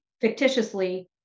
Fictitiously